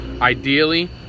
Ideally